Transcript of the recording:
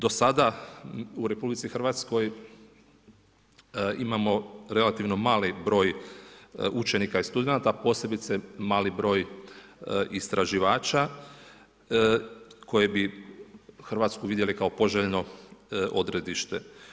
Do sada u RH imamo relativno mali broj učenika i studenata, a posebice mali broj istraživača koje bi Hrvatsku vidjele kao poželjno odredište.